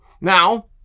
Now